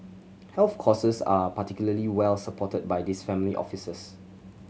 health causes are particularly well supported by these family offices